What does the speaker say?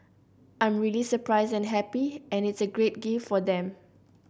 I'm really surprised and happy and it's a great gift for them